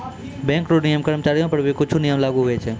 bank रो नियम कर्मचारीयो पर भी कुछु नियम लागू हुवै छै